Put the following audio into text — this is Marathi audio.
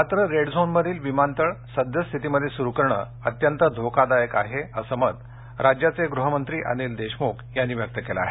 मात्र रेड झोनमधील विमानतळ सद्यस्थितीमध्ये सुरू करणे अत्यंत धोकादायक आहे असं मत राज्याचे गृहमंत्री अनिल देशमुख यांनी व्यक्त केलं आहे